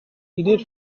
did